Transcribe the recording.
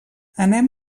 anem